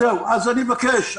אני מבקש.